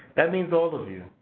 that means all of you,